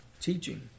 Teaching